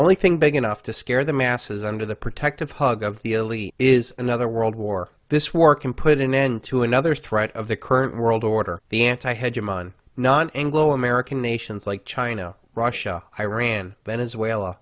only thing big enough to scare the masses under the protective hug of the elite is another world war this war can put an end to another threat of the current world order the anti head human non anglo american nations like china russia iran venezuela